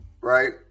right